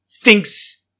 thinks